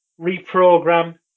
reprogram